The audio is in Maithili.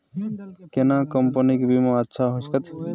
केना कंपनी के बीमा अच्छा होय छै?